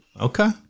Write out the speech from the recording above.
okay